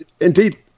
indeed